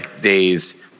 days